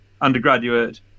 undergraduate